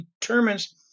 determines